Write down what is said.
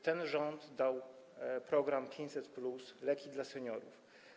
Ten rząd dał program 500+, leki dla seniorów.